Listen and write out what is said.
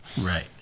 Right